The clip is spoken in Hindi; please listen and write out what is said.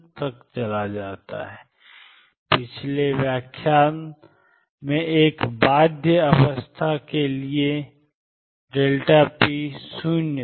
और पिछले व्याख्याता से एक बाध्य अवस्था ⟨p⟩ के लिए ही 0 है